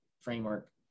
framework